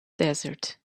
desert